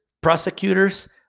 prosecutors